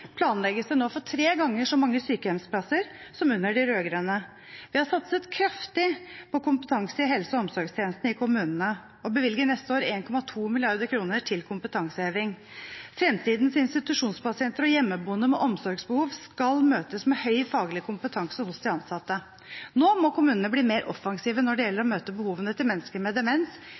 planlegges det nå for tre ganger så mange sykehjemsplasser som under de rød-grønne. Vi har satset kraftig på kompetanse i helse- og omsorgstjenestene i kommunene og bevilger neste år 1,2 mrd. kr til kompetanseheving. Fremtidens institusjonspasienter og hjemmeboende med omsorgsbehov skal møtes med høy faglig kompetanse hos de ansatte. Nå må kommunene bli mer offensive når det gjelder å møte behovene til mennesker med demens.